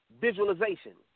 Visualization